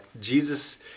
Jesus